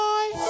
Bye